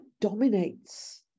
dominates